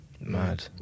mad